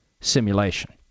simulation